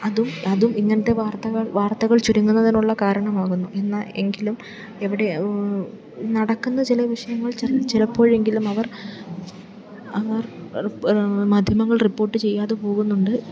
അതും അതും ഇങ്ങനെത്തെ വാർത്തകൾ വാർത്തകൾ ചുരുങ്ങുന്നതിനുള്ള കാരണമാകുന്നു എന്നാൽ എങ്കിലും എവിടെയ് നടക്കുന്ന ചില വിഷയങ്ങൾ ചിലപ്പോഴെങ്കിലും അവർ അവർ മാധ്യമങ്ങൾ റിപ്പോർട്ട് ചെയ്യാതെ പോകുന്നുണ്ട്